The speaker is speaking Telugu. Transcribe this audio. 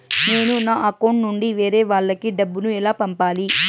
నేను నా అకౌంట్ నుండి వేరే వాళ్ళకి డబ్బును ఎలా పంపాలి?